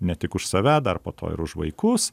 ne tik už save dar po to ir už vaikus